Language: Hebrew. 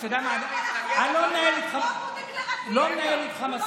אני כבר לא מדבר על מה שאמר ניל הנדל,